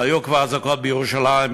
היו כבר אזעקות בירושלים,